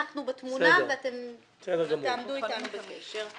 אנחנו בתמונה ואתם תעמדו אתנו בקשר.